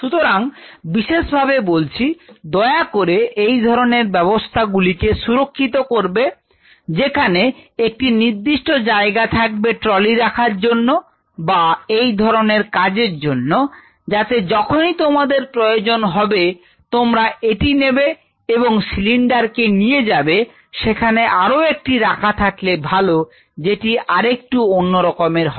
সুতরাং বিশেষভাবে বলছি দয়া করে এই ধরনের ব্যবস্থা গুলিকে সুরক্ষিত করবে যেখানে একটি নির্দিষ্ট জায়গা থাকবে ট্রলি রাখার জন্য বা এই ধরণের কাজের জন্য যাতে যখনই তোমাদের প্রয়োজন হবে তোমরা এটি নেবে এবং সিলিন্ডার কে নিয়ে যাবে সেখানে আরও একটি রাখা থাকলে ভালো যেটি আর একটু অন্যরকমের হবে